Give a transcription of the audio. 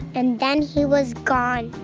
and then he was gone.